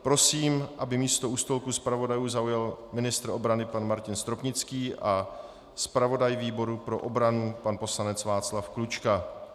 Prosím, aby místo u stolku zpravodajů zaujal ministr obrany pan Martin Stropnický a zpravodaj výboru pro obranu pan poslanec Václav Klučka.